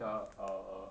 ya err err